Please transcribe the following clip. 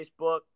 Facebook